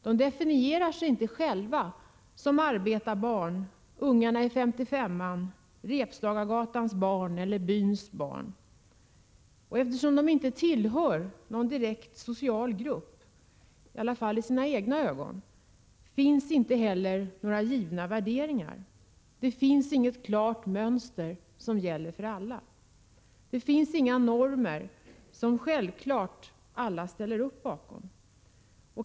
De definierar sig inte som arbetarbarn, ungarna i 55:an, Repslagargatans ungar eller byns barn. Eftersom de inte tillhör någon direkt social grupp, i alla fall inte i egna ögon, finns inte heller några givna värderingar. Det finns inget klart mönster som gäller för alla. Det finns inga normer som alla självklart ställer upp bakom.